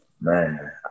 man